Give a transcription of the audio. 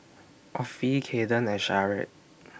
Offie Kayden and Sharde